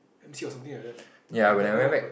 M_C or something like that then then what happen